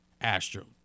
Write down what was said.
Astro